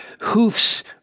hoofs